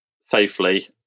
safely